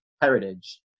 heritage